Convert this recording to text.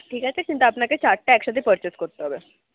ঠিক আছে কিন্তু আপনাকে চারটে একসাথে পারচেস করতে হবে